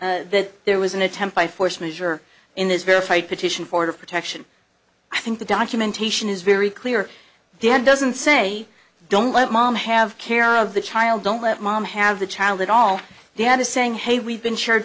suggested that there was an attempt by force measure in this verified petition for protection i think the documentation is very clear then doesn't say don't let mom have care of the child don't let mom have the child at all they have a saying hey we've been sh